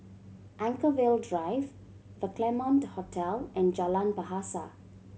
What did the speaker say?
Anchorvale Drive The Claremont Hotel and Jalan Bahasa